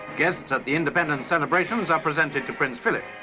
guests at the independence celebrations are presented to prince phillip.